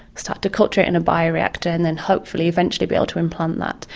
start to culture it in a bioreactor and then hopefully eventually be able to implant that.